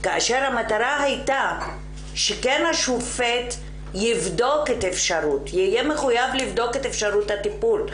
כאשר המטרה הייתה שהשופט כן יהיה מחויב לבדוק את אפשרות הטיפול.